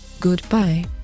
Goodbye